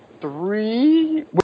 three